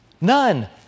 None